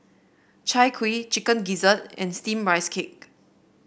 Chai Kuih Chicken Gizzard and steamed Rice Cake